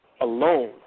alone